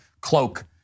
cloak